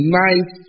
nice